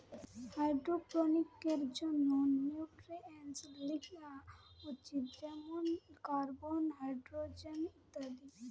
হাইড্রোপনিক্সের জন্যে নিউট্রিয়েন্টস লিয়া উচিত যেমন কার্বন, হাইড্রোজেন ইত্যাদি